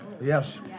Yes